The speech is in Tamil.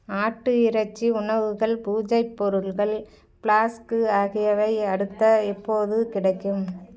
ஆட்டு இறைச்சி உணவுகள் பூஜைப் பொருள்கள் ஃப்ளாஸ்க் ஆகியவை அடுத்த எப்போது கிடைக்கும்